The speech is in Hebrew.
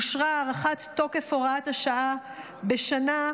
אושרה הארכת תוקף הוראת השעה בשנה,